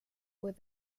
with